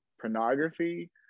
pornography